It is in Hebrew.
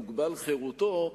תוגבל חירותו,